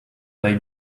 they